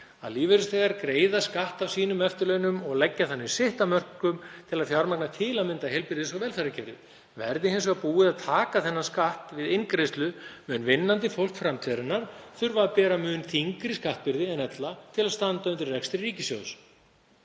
að lífeyrisþegar greiða skatt af sínum eftirlaunum og leggja þannig sitt af mörkum til að fjármagna til að mynda heilbrigðis- og velferðarkerfið. Verði hins vegar búið að taka þennan skatt við inngreiðslu mun vinnandi fólk framtíðarinnar þurfa að bera mun þyngri skattbyrði en ella til að standa undir rekstri ríkissjóðs